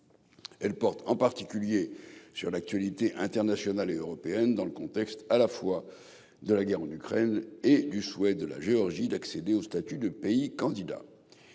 Elle porte en particulier sur l'actualité internationale et européenne, dans le contexte à la fois de la guerre en Ukraine et du souhait de la Géorgie d'accéder au statut de « pays candidat